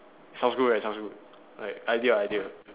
sounds good right sounds good like idea idea